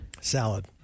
Salad